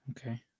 Okay